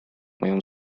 моем